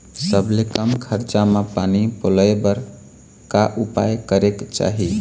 सबले कम खरचा मा पानी पलोए बर का उपाय करेक चाही?